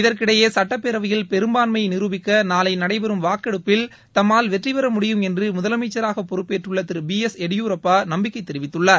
இதற்கிடையே சட்டப்பேரவையில் பேரும்பான்மையை நிரூபிக்க நாளை நடைபெறும் வாக்கெடுப்பில் தம்மால் வெற்றிபெற முடியும் என்று முதலனமச்சராக பொறுப்பேற்றுள்ள திரு பி எஸ் எடியூரப்பா நம்பிக்கை தெரிவித்துள்ளார்